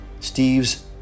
Steve's